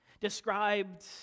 described